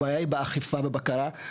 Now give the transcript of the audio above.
הבעיה היא באכיפה ובבקרה.